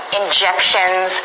injections